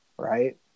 Right